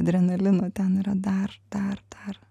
adrenalino ten yra dar dar dar